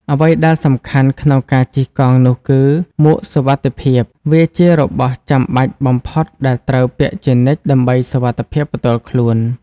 អ្វីដែលសំខាន់ក្នុងការជិះកង់នោះគឺ មួកសុវត្ថិភាព វាជារបស់ចាំបាច់បំផុតដែលត្រូវពាក់ជានិច្ចដើម្បីសុវត្ថិភាពផ្ទាល់ខ្លួន។